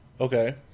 Okay